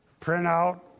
printout